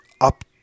up